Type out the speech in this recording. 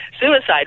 suicide